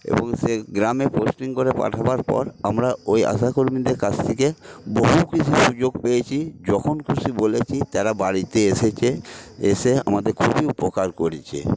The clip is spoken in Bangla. এবং সে গ্রামে পোস্টিং করে পাঠাবার পর আমরা ওই আশাকর্মীদের কাছ থেকে বহু কিছু সুযোগ পেয়েছি যখন খুশি বলেছি তারা বাড়িতে এসেছে এসে আমাদের খুবই উপকার করেছে